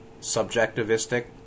subjectivistic